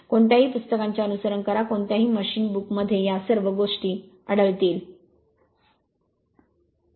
कोणत्याही पुस्तकांचे अनुसरण करा कोणत्याही मशीन बुक मध्ये या सर्व गोष्टी आढळतील